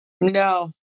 No